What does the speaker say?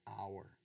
hour